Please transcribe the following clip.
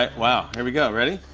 ah wow, here we go. ready?